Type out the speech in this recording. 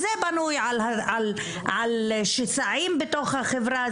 זה בנוי על שסעים בתוך החברה,